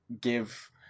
give